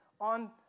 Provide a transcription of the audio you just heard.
on